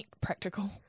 practical